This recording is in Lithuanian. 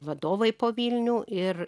vadovai po vilnių ir